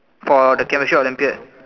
for the chemistry Olympiad